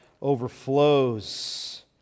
overflows